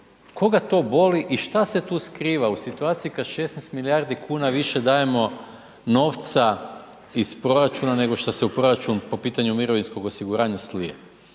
Koga to boli i šta se tu skriva u situaciji kada 16 milijardi kuna više dajemo novca iz proračuna nego šta se u proračun po pitanju mirovinskog osiguranja slije?